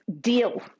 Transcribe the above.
deal